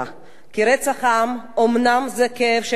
כי רצח עם אומנם זה כאב של עם אחד,